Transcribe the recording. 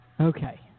Okay